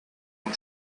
and